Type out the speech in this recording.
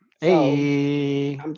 Hey